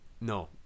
No